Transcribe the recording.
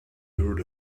heard